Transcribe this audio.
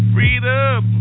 Freedom